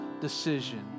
decision